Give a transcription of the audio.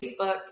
Facebook